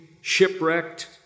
shipwrecked